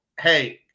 hey